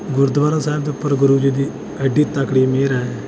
ਗੁਰੂਦੁਆਰਾ ਸਾਹਿਬ ਦੇ ਉੱਪਰ ਗੁਰੂ ਜੀ ਦੀ ਐਡੀ ਤਕੜੀ ਮਿਹਰ ਹੈ